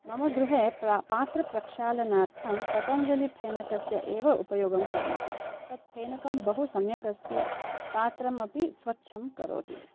मम गृहे प्रा पात्रप्रक्षालनार्थं पतञ्जलि फेनकस्य एव उपयोगं कुर्मः तत् फेनकं बहु सम्यक् अस्ति पात्रमपि स्वच्छं करोति